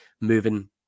moving